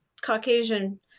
Caucasian